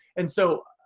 and so,